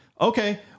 Okay